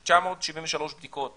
יש לכם אפשרות לעשות את הבדיקות האלה.